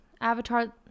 Avatar